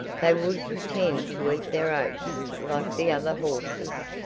they would pretend to eat their oats like the other horses,